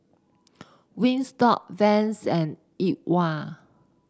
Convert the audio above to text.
Wingstop Vans and E TWOW